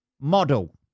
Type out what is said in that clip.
model